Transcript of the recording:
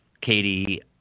Katie